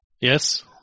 Yes